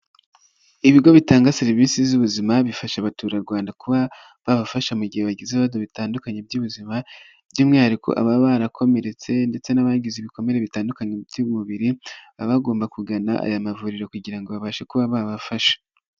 Ibigo bitanga serivisi z'ubuzima, bifasha abaturarwanda kuba babafasha mu gihe bagize ibibazo bitandukanye by'ubuzima, byumwihariko aba barakomeretse ndetse n'abagize ibikomere bitandukanye by'umubiri, baba bagomba kugana aya mavuriro kugira ngo babashe kuba babafasha.